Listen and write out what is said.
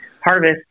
harvest